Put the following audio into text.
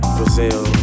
Brazil